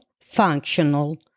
functional